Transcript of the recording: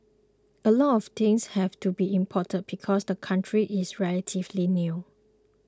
a lot of things have to be imported because the country is relatively new